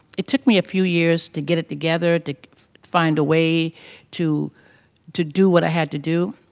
it took me a few years to get it together to find a way to to do what i had to do.